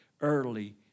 early